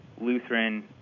Lutheran